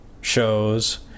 shows